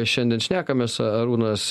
šiandien šnekamės arūnas